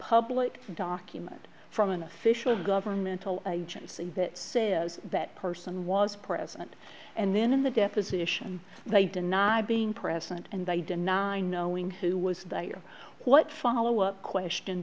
public document from an official governmental agency that says that person was present and then in the deposition they deny being present and they deny knowing who was what follow up question